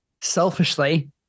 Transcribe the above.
selfishly